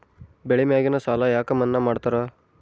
ಬೆಳಿ ಮ್ಯಾಗಿನ ಸಾಲ ಯಾಕ ಮನ್ನಾ ಮಾಡ್ತಾರ?